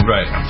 Right